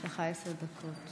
יש לך עשר דקות.